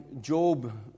Job